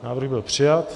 Návrh byl přijat.